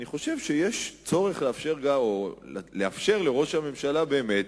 אני חושב שיש צורך לאפשר לראש הממשלה באמת